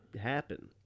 happen